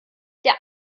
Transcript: der